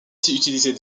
utiliser